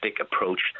approach